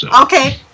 Okay